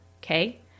Okay